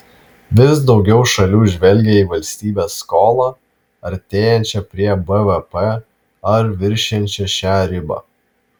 vis daugiau šalių žvelgia į valstybės skolą artėjančią prie bvp ar viršijančią šią ribą